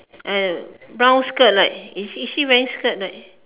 uh brown skirt right is is she wearing skirt right